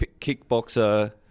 kickboxer